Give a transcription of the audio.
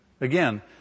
Again